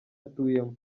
atuyemo